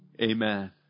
Amen